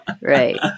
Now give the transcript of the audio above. Right